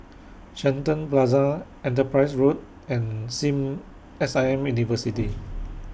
Shenton Plaza Enterprise Road and SIM S I M University